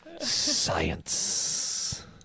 Science